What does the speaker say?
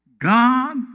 God